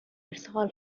ارسال